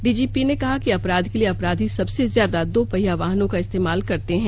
DGP ने कहा कि अपराध के लिए अपराधी सबसे ज्यादा दो पहिया वाहनों का इस्तेमाल करते हैं